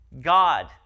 god